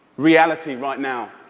reality right now.